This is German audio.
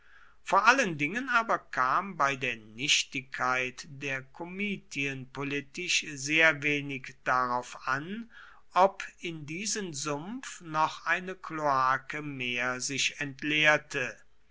vor allen dingen aber kam bei der nichtigkeit der komitien politisch sehr wenig darauf an ob in diesen sumpf noch eine kloake mehr sich entleerte